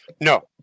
No